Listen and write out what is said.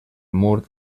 mur